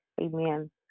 Amen